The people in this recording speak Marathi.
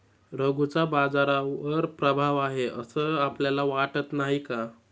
रघूचा बाजारावर प्रभाव आहे असं आपल्याला वाटत नाही का?